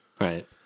Right